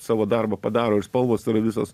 savo darbą padaro ir spalvos yra visos